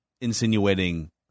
insinuating